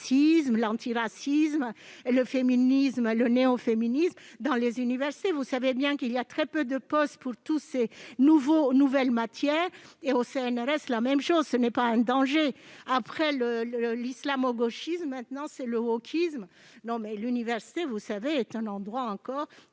l'antiracisme le féminisme à le néo-féminisme dans les universités, vous savez bien qu'il y a très peu de postes pour tous ces nouveaux nouvelles matières et au CNRS la même chose, ce n'est pas un danger après le le le l'islamo-gauchisme, maintenant c'est le wokisme non, mais l'université vous savez est un endroit encore